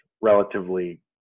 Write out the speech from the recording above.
relatively